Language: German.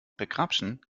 begrapschen